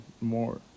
more